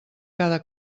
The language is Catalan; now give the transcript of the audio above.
cada